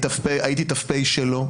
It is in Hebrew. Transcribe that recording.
הייתי ת"פ שלו.